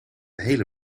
hele